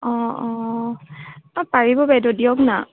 অ অ অ পাৰিব বাইদেউ দিয়কনা